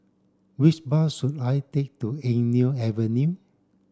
which bus should I take to Eng Neo Avenue